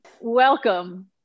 Welcome